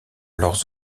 leurs